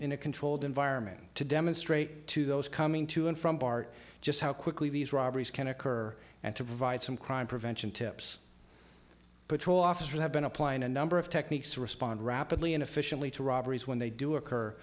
in a controlled environment to demonstrate to those coming to and from bart just how quickly these robberies can occur and to provide some crime prevention tips patrol officers have been applying a number of techniques to respond rapidly and efficiently to robberies when they do occur